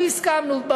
והסכמנו.